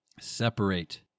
Separate